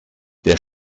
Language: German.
der